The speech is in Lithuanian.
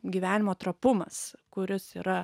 gyvenimo trapumas kuris yra